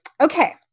Okay